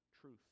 truth